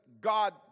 God